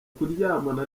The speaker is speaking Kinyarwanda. kuryamana